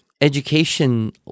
education